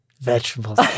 Vegetables